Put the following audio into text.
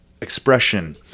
expression